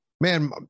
man